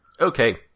Okay